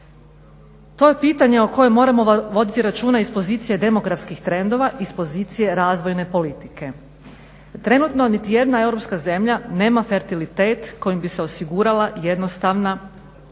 To je pitanje o kojem moramo voditi računa iz pozicije demografskih trendova, iz pozicije razvojne politike. Trenutno nitijedna europska zemlja nema fertilitet kojim bi se osigurala jednostavna